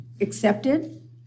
accepted